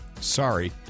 Sorry